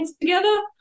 together